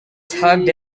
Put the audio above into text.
tugged